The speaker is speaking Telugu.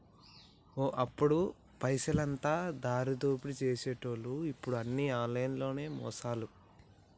ఓ అప్పుడు పైసలైతే దారిదోపిడీ సేసెటోళ్లు ఇప్పుడు అన్ని ఆన్లైన్ మోసాలే